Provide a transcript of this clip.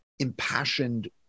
impassioned